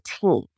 team